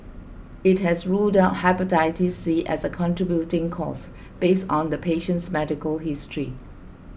it has ruled out Hepatitis C as a contributing cause based on the patient's medical history